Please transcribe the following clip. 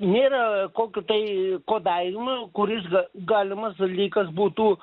nėra kokio tai kodavimo kuris ga galimas dalykas būtų